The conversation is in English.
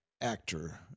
actor